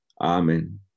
amen